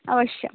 अवश्यम्